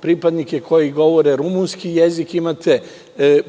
pripadnike koji govore rumunski jezik, imate